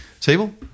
table